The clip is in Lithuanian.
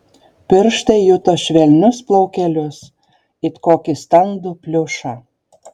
pirštai juto švelnius plaukelius it kokį standų pliušą